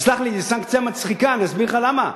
סלח לי, זאת סנקציה מצחיקה, ואני אסביר לך למה.